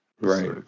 Right